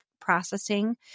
processing